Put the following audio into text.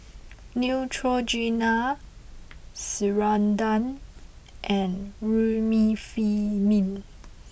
Neutrogena Ceradan and Remifemin